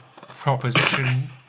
proposition